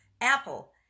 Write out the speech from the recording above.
Apple